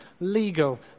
legal